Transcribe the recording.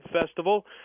Festival